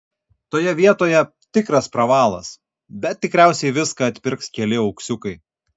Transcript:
toje vietoje tikras pravalas bet tikriausiai viską atpirks keli auksiukai